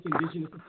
indigenous